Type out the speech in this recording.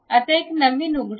आता एक नवीन उघडा